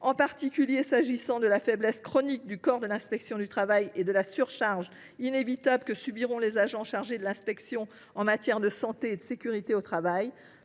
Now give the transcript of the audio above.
en particulier concernant la faiblesse chronique du corps de l’inspection du travail et la surcharge inévitable que subiront les agents chargés de l’inspection en matière de santé et sécurité au travail,